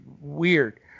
Weird